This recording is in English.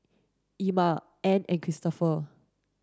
Emma Ann and Cristopher